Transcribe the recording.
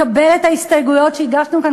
לקבל את ההסתייגות שהגשנו כאן,